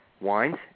Wines